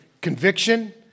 conviction